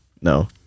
No